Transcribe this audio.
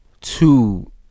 two